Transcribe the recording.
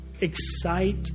excite